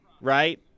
right